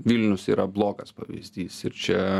vilnius yra blogas pavyzdys ir čia